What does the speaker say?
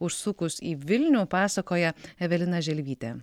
užsukus į vilnių pasakoja evelina želvytė